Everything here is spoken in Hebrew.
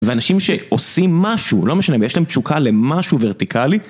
ואנשים שעושים משהו, לא משנה אם יש להם תשוקה למשהו ורטיקלי.